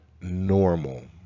normal